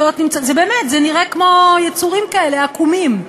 באמת, זה נראה כמו יצורים כאלה עקומים,